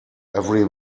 every